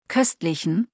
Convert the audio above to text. Köstlichen